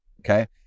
okay